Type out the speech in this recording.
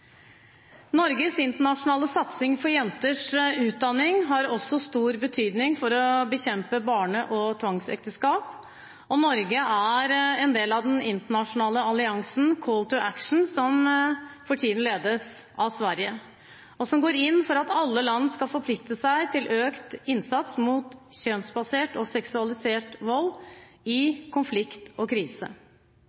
Norges internasjonale satsing på jenters utdanning har også stor betydning for å bekjempe barne- og tvangsekteskap. Norge er en del av den internasjonale alliansen Call to Action, som for tiden ledes av Sverige, og som går inn for at alle land skal forplikte seg til økt innsats mot kjønnsbasert og seksualisert vold i